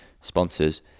sponsors